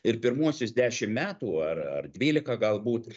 ir pirmuosius dešim metų ar ar dvylika galbūt